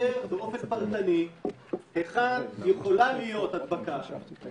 לאתר באופן פרטני היכן יכולה להיות הדבקה.